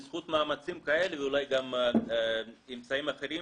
בזכות מאמצים כאלה ואולי גם אמצעים אחרים